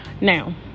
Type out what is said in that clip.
now